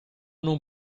non